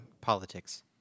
politics